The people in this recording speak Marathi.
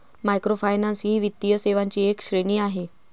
मायक्रोफायनान्स ही वित्तीय सेवांची एक श्रेणी आहे